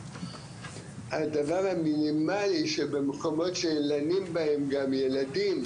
הדבר המינימלי שבמקומות שלנים בהם גם ילדים,